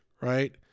right